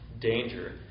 danger